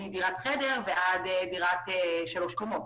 מדירת חדר ועד דירת שלוש קומות,